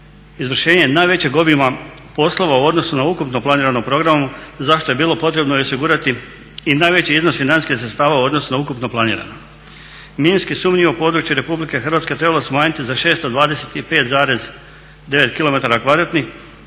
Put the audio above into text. izvršenje najvećeg obima poslova u odnosu na ukupno planirano programom za što je bilo potrebno osigurati i najveći iznos financijskih sredstava u odnosu na ukupno planirano. Minski sumnjivo područje RH trebalo je smanjiti za 625,9 km